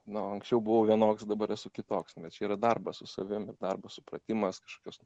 nu anksčiau buvau vienoks dabar esu kitoks bet čia yra darbas su savim ir darbo supratimas kažkokios